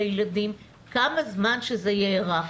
לילדים כמה זמן שזה יארך.